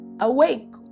Awake